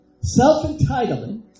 Self-entitlement